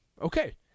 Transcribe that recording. Okay